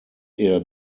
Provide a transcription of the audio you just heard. eher